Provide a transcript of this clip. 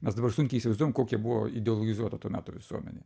mes dabar sunkiai įsivaizduojam kokia buvo ideologizuota to meto visuomenė